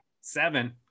seven